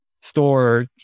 store